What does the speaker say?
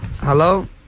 Hello